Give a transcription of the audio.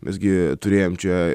visgi turėjom čia